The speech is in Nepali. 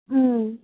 अँ